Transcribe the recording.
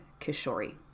Kishori